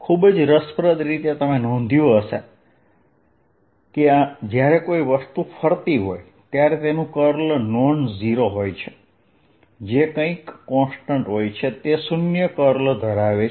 ખૂબ જ રસપ્રદ રીતે તમે નોંધ્યું છે કે જ્યારે કોઈ વસ્તુ ફરતી હોય ત્યારે તેનું કર્લ નોન શૂન્ય હોય છે જે કંઇક કોન્સ્ટન્ટ હોય છે તે શૂન્ય કર્લ ધરાવે છે